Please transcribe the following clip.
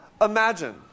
imagine